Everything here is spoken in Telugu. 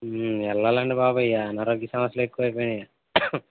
వెల్లాలండి బాబు ఈ అనారోగ్య సమస్యలు ఎక్కువ అయిపోయినాయి